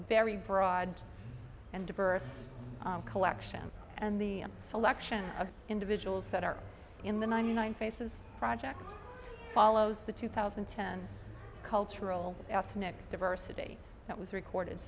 very broad and diverse collection and the selection of individuals that are in the ninety nine faces project follows the two thousand and ten cultural ethnic diversity that was recorded